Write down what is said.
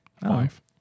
Five